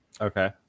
Okay